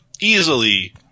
easily